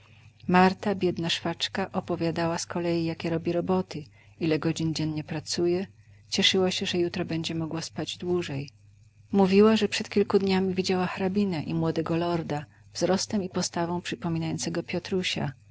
marta biedna szwaczka opowiadała z kolei jakie robi roboty ile godzin dziennie pracuje cieszyła się że jutro będzie mogła spać dłużej mówiła że przed kilku dniami widziała hrabinę i młodego lorda wzrostem i postawą przypominającego piotrusia